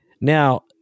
now